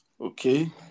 Okay